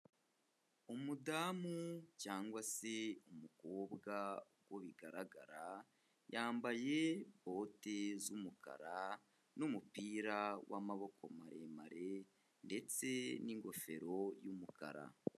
Umudamu cyangwa se umukobwa uko bigaragara, yambaye bote z'umukara n'umupira w'amaboko maremare ndetse n'ingofero y'umukara.